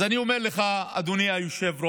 אז אני אומר לך, אדוני היושב-ראש,